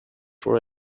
for